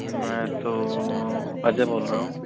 मैं तो अजय बोल रहा हूँ